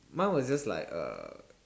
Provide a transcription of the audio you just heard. mine was just like uh